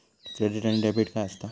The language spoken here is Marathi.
क्रेडिट आणि डेबिट काय असता?